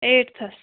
eighths